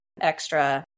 extra